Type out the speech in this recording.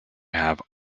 have